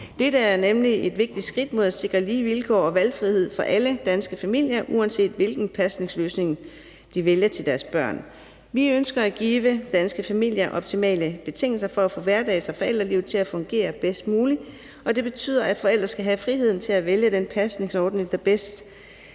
Dette er nemlig et vigtigt skridt mod at sikre lige vilkår og valgfrihed for alle danske familier, uanset hvilken pasningsløsning de vælger til deres børn. Vi ønsker at give danske familier optimale betingelser for at få hverdags- og forældrelivet til at fungere bedst muligt, og det betyder, at forældre skal have friheden til at vælge den pasningsordning, der bedst